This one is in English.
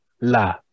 la